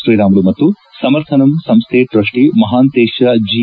ಶ್ರೀರಾಮುಲು ಮತ್ತು ಸಮರ್ಥನಂ ಸಂಸ್ಟೆ trustee Mahantesh G